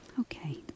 Okay